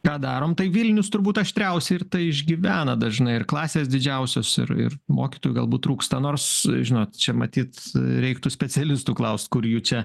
ką darom tai vilnius turbūt aštriausia ir tai išgyvena dažnai ir klasės didžiausios ir ir mokytojų galbūt trūksta nors žinot čia matyt reiktų specialistų klaust kur jų čia